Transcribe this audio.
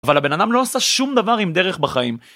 אבל הבן אדם לא עשה שום דבר עם דרך בחיים.